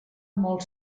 molt